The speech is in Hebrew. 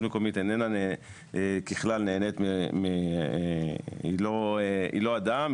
רשות מקומית ככלל היא לא אדם,